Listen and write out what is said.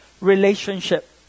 relationship